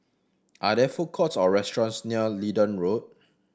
are there food courts or restaurants near Leedon Road